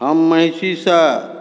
हम महिषीसँ